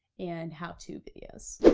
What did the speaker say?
and how to videos.